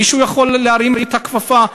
מישהו יכול להרים את הכפפה?